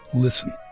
listen